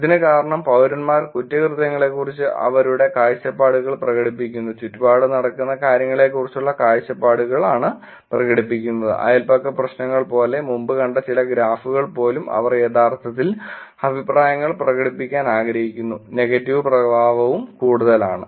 ഇതിന് കാരണം പൌരന്മാർ കുറ്റകൃത്യങ്ങളെക്കുറിച്ച് അവരുടെ കാഴ്ചപ്പാടുകൾ പ്രകടിപ്പിക്കുന്നു ചുറ്റുപാടും നടക്കുന്ന കാര്യങ്ങളെക്കുറിച്ചുള്ള കാഴ്ചപ്പാടുകൾ പ്രകടിപ്പിക്കുന്നു അയൽപക്ക പ്രശ്നങ്ങൾ പോലെ മുമ്പ് കണ്ട ചില ഗ്രാഫുകളിൽ പോലും അവർ യഥാർത്ഥത്തിൽ അഭിപ്രായങ്ങൾ പ്രകടിപ്പിക്കാൻ ആഗ്രഹിക്കുന്നു നെഗറ്റീവ് പ്രഭാവം കൂടുതലാണ്